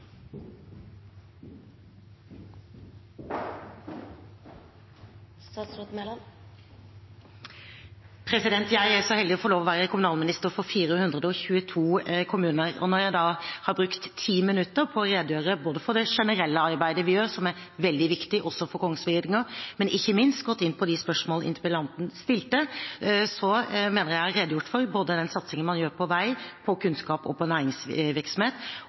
Jeg er så heldig å få lov til å være kommunalminister for 422 kommuner. Når jeg har brukt 10 minutter på å redegjøre både for det generelle arbeidet vi gjør – som er veldig viktig også for Kongsvinger – og ikke minst gått inn på de spørsmål interpellanten stilte, mener jeg at jeg har redegjort for den satsingen man gjør både på vei, på kunnskap, på næringsvirksomhet og på